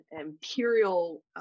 imperial